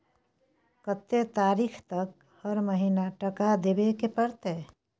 कत्ते तारीख तक हर महीना टका देबै के परतै?